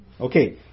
Okay